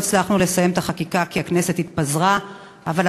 5 נאומים בני דקה 5 חמד עמאר (ישראל ביתנו): 6 זהבה גלאון